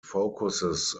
focuses